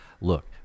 look